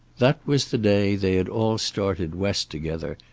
that was the day they had all started west together,